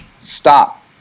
stop